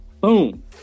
Boom